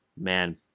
man